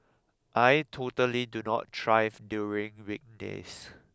I totally do not drive during weekdays